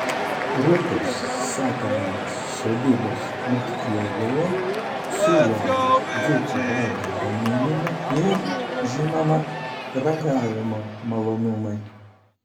rūtos sakalienės sodybos mokyklėlėje siūlomi dzūkų valgių gaminimo ir žinoma ragavimo malonumai